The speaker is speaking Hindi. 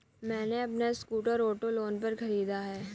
मैने अपना स्कूटर ऑटो लोन पर खरीदा है